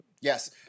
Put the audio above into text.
Yes